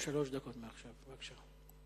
שלוש דקות מעכשיו, בבקשה.